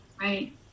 Right